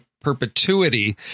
perpetuity